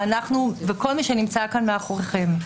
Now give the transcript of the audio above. ואנחנו וכל מי שנמצא כאן מאחוריכם.